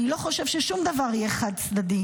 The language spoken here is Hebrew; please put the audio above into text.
אני לא חושב ששום דבר יהיה חד-צדדי.